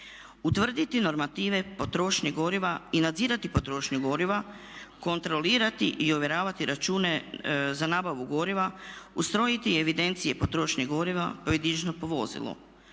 Utvrditi normative potrošnje goriva i nadzirati potrošnju goriva, kontrolirati i ovjeravati račune za nabavu goriva, ustrojiti evidencije potrošnje goriva pojedinačno po vozilu.